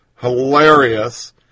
hilarious